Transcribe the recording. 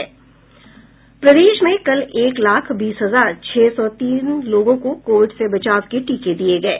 प्रदेश में कल एक लाख बीस हजार छह सौ तीन लोगों को कोविड से बचाव के टीके दिये गये